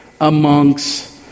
amongst